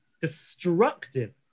destructive